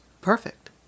perfect